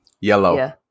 yellow